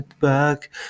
back